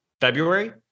February